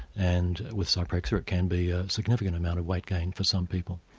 and with zyprexa it can be a significant amount of weight gain for some people.